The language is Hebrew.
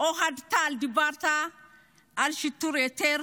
אוהד טל, דיברת על שיטור יתר,